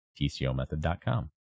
tcomethod.com